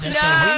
no